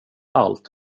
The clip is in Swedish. allt